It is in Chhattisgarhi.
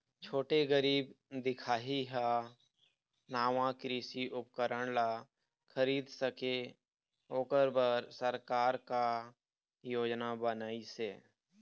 छोटे गरीब दिखाही हा नावा कृषि उपकरण ला खरीद सके ओकर बर सरकार का योजना बनाइसे?